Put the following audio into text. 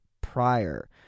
prior